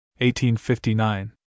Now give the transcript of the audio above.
1859